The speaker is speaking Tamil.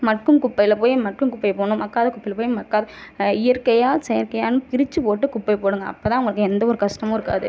மட்கும் குப்பையில் போய் மட்கும் குப்பையை போடணும் மட்காத குப்பையில் போய் மட்காத இயற்கையாக செயற்கையாக பிரித்து போட்டு குப்பைய போடுங்கள் அப்போதான் அவங்களுக்கு எந்த ஒரு கஷ்டமும் இருக்காது